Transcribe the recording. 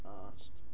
asked